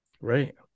Right